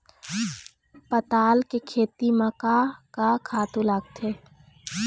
पताल के खेती म का का खातू लागथे?